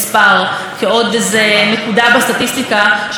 כי בסוף כל אחת מהן היא עולם ומלואו,